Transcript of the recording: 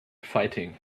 fighting